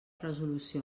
resolució